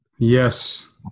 Yes